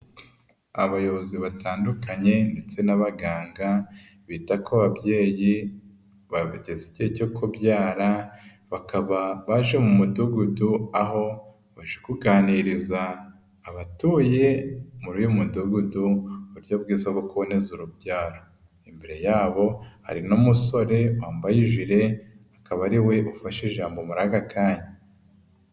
Abayobozi batandukanye ndetse n'abaganga bita ku babyeyi bageze igihe cyo kubyara bakaba baje mu mudugudu, aho baganiriza abatuye muri uyu mudugudu uburyo bwiza bwo kuboneza urubyaro, imbere yabo hari n'umusore wambaye ijire, akaba ari we ufashe ijambo muri aka kanya.